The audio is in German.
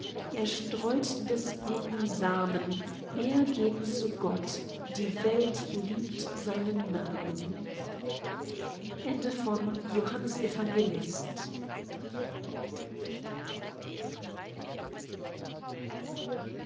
er streut des guten samen er geht zu gott die welt liebt seinen namen